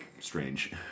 strange